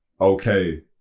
okay